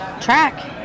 Track